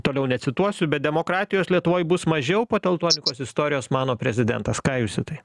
toliau necituosiu bet demokratijos lietuvoj bus mažiau po teltonikos istorijos mano prezidentas ką jūs į tai